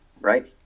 right